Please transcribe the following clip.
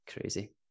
crazy